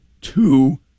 two